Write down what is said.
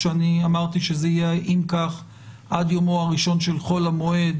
כשאני אמרתי שאם כך זה יהיה עד יומו הראשון של חול המועד,